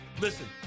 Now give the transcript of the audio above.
Listen